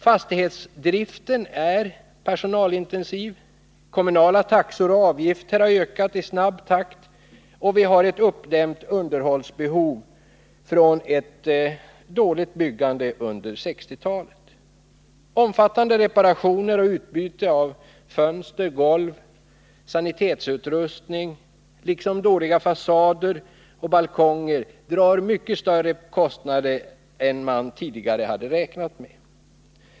Fastighetsdriften är personalintensiv, kommunala taxor och avgifter har ökat i snabb takt och vi har ett uppdämt underhållsbehov från ett dåligt byggande under 1960-talet. Omfattande reparationer och utbyte av fönster, golv och sanitetsutrustning liksom dåliga fasader och balkonger drar mycket större kostnader än man tidigare räknade med.